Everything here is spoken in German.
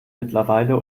mittlerweile